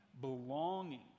belonging